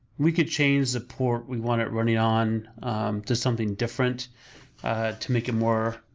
we could change the port we want it running on to something different to make it more